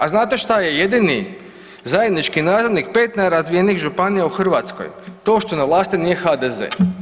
A znate šta je jedini zajednički nazivnih pet najrazvijenijih županija u Hrvatskoj, to što na vlasti nije HDZ.